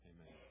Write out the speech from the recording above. amen